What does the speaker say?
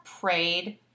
prayed